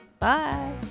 Bye